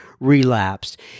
relapsed